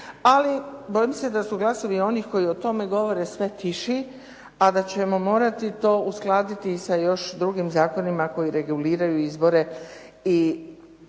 ali bojim se da su glasovi onih koji o tome govore sve tiši a da ćemo morati to uskladiti sa još drugim zakonima koji reguliraju izvore